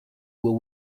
were